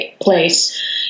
place